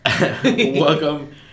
welcome